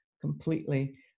completely